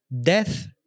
death